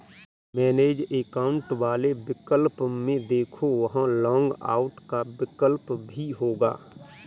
manage account वाले विकल्प में देखो, वहां लॉग आउट का विकल्प भी होगा